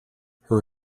her